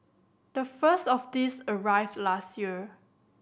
the first of these arrived last year